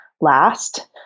last